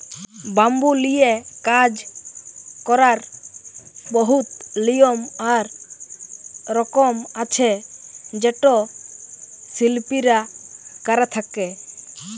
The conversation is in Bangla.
ব্যাম্বু লিয়ে কাজ ক্যরার বহুত লিয়ম আর রকম আছে যেট শিল্পীরা ক্যরে থ্যকে